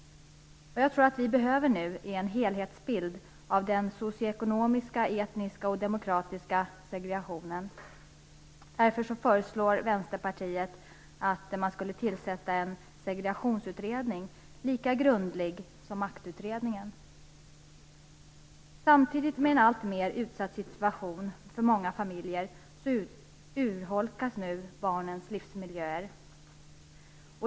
Vi behöver nu en helhetsbild av den socioekonomiska, etniska och demografiska segregationen. Därför föreslår Vänsterpartiet att det skall tillsättas en segregationsutredning, lika grundlig som Maktutredningen. Samtidigt som situationen blir alltmer utsatt för många familjer urholkas nu barnens livsmiljöer.